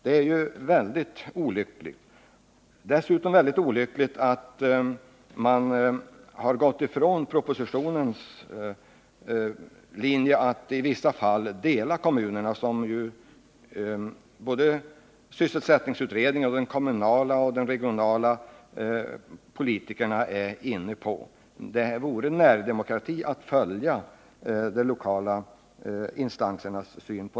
Det är ju väldigt olyckligt. Dessutom är det olyckligt att man har gått ifrån propositionens linje att i vissa fall dela kommunerna, som ju både sysselsättningutredningen och de kommunala och de regionala politikerna är inne på. Det vore närdemokrati att i den här frågan följa de lokala instanserna.